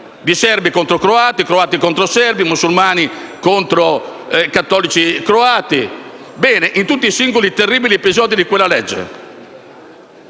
di serbi contro croati, croati contro serbi, musulmani contro cattolici croati. In tutti i singoli e terribili episodi di quella guerra,